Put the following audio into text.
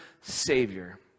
Savior